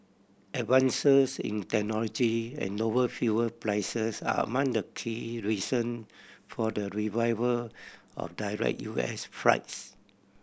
advances in technology and lower fuel prices are among the key reason for the revival of direct U S flights